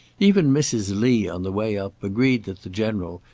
even mrs. lee, on the way up, agreed that the general,